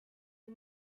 you